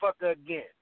again